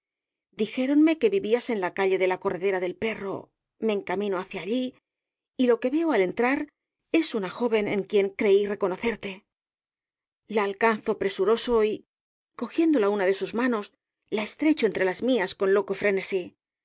encontraba dijéronme que vivías en la calle de la corredera del perro me encamino hacia allí y lo que veo al entrar es una joven en quien creí reconocerte la alcanzo presuroso y cogiéndola una de sus manos la estrecho entre las mías con loco frenesí